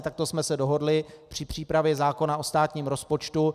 Takto jsme se dohodli při přípravě zákona o státním rozpočtu.